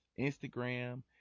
Instagram